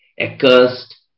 accursed